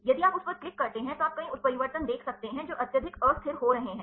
यदि आप उस पर क्लिक करते हैं तो आप कई उत्परिवर्तन देख सकते हैं जो अत्यधिक अस्थिर हो रहे हैं